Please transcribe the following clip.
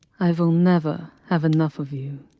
i will never have enough of you.